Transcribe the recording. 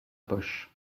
poche